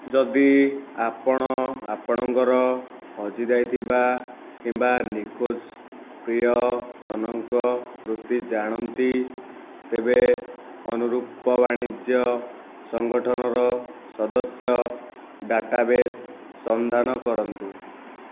ଯଦି ଆପଣ ଆପଣଙ୍କର ହଜିଯାଇଥିବା କିମ୍ବା ନିଖୋଜ ପ୍ରିୟଜନଙ୍କ ବୃତ୍ତି ଜାଣନ୍ତି ତେବେ ଅନୁରୂପ ବାଣିଜ୍ୟ ସଂଗଠନର ସଦସ୍ୟ ଡାଟାବେସ୍ ସନ୍ଧାନ କରନ୍ତୁ